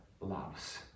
loves